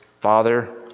Father